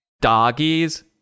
Doggies